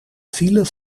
file